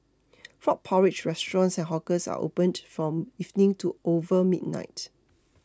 frog porridge restaurants and hawkers are opened from evening to over midnight